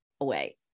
away